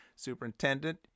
superintendent